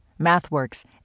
MathWorks